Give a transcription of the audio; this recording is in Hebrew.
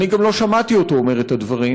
אני גם לא שמעתי אותו אומר את הדברים,